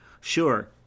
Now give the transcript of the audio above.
Sure